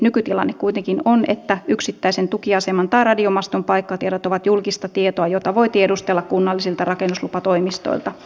nykytilanne kuitenkin on että yksittäisen tukiaseman tai radiomaston paikkatiedot ovat julkista tietoa jota voi tiedustella kunnallisilta rakennuslupatoimistoilta